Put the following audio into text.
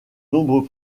nombreux